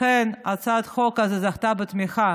לכן, הצעת החוק הזאת זכתה לתמיכה